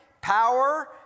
power